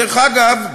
דרך אגב,